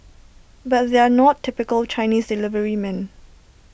but they're not typical Chinese deliverymen